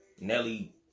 Nelly